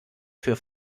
für